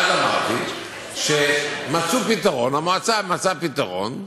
ואז אמרתי שמצאו פתרון, המועצה מצאה פתרון,